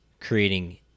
creating